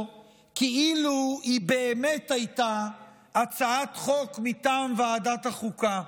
כאילו היא באמת הייתה הצעת חוק מטעם ועדת החוקה,